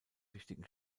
wichtigen